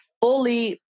fully